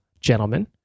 gentlemen